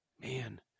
Man